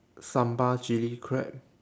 sambal chilli crab